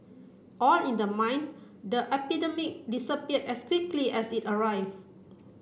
all in the mind the epidemic disappear as quickly as it arrive